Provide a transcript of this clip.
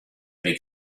big